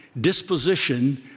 disposition